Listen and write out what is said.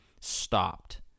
stopped